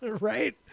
right